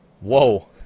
Whoa